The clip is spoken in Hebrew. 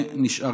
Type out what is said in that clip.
הזה,